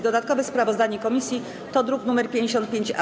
Dodatkowe sprawozdanie komisji to druk nr 55-A.